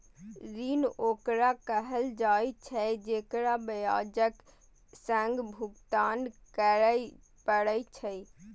ऋण ओकरा कहल जाइ छै, जेकरा ब्याजक संग भुगतान करय पड़ै छै